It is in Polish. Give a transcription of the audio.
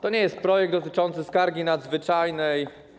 To nie jest projekt dotyczący skargi nadzwyczajnej.